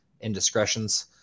indiscretions